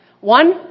One